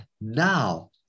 now